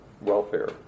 welfare